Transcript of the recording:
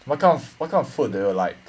what kind of what kind of food do you like